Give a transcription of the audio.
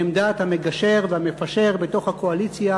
בעמדת המגשר והמפשר בתוך הקואליציה,